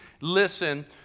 listen